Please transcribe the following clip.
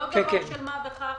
זה לא דבר של מה בכך,